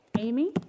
Amy